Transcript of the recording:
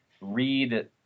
read